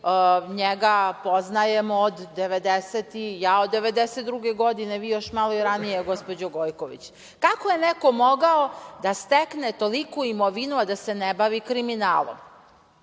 ja od 1992. godine, vi još malo ranije, gospođo Gojković. Kako je neko mogao da stekne toliku imovinu, a da se ne bavi kriminalom? Onda